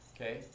okay